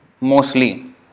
mostly